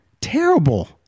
Terrible